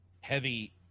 Heavy